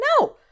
No